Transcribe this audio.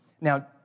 Now